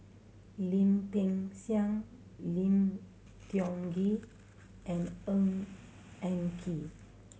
Lim Peng Siang Lim Tiong Ghee and Ng Eng Kee